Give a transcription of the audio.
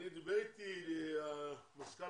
מזכ"ל